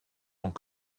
ans